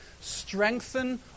strengthen